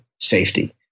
safety